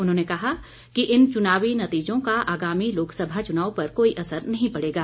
उन्होंने कहा कि इन चुनावी नतीजों का आगामी लोकसभा चुनाव पर कोई असर नहीं पड़ेगा